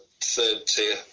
third-tier